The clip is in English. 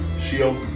shield